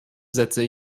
setze